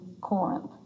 Corinth